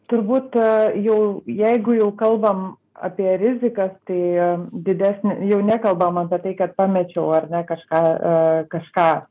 turbūt jau jeigu jau kalbam apie rizikas tai didesnė jau nekalbam apie tai kad pamečiau ar ne kažką kažką